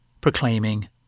proclaiming